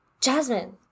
Jasmine